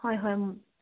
হয় হয়